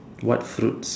what fruits